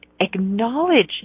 Acknowledge